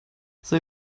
they